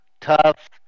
tough